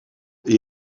ans